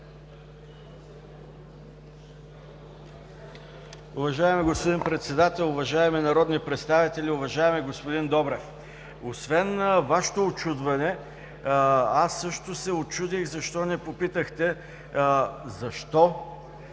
Уважаеми господин Председател, уважаеми народни представители, уважаеми господин Добрев! Освен Вашето учудване, аз също се учудих защо не попитахте защо